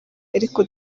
ariko